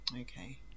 okay